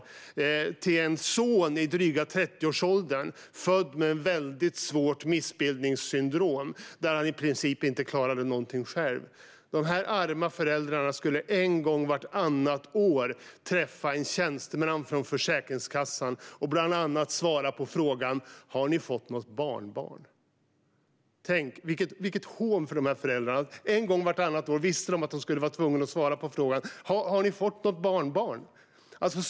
De hade en son som var drygt 30 år och som var född med ett svårt missbildningssyndrom. Han klarade i princip inte någonting själv. De arma föräldrarna skulle en gång vartannat år träffa en tjänsteman från Försäkringskassan och bland annat svara på frågan: Har ni fått något barnbarn? Tänk vilket hån för dessa föräldrar! En gång vartannat år visste de att de skulle vara tvungna att svara på frågan: Har ni fått något barnbarn?